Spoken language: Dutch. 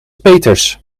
peeters